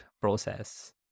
process